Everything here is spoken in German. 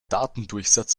datendurchsatz